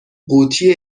قوطی